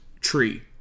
tree